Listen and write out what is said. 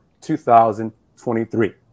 2023